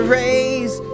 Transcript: raise